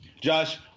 Josh